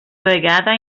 vegada